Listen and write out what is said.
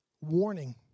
warning